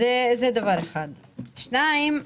שתיים,